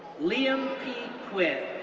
liam p. quinn,